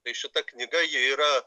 tai šita knyga ji yra